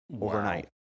overnight